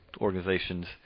organizations